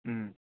ꯎꯝ